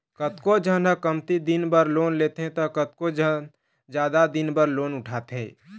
कतको झन ह कमती दिन बर लोन लेथे त कतको झन जादा दिन बर लोन उठाथे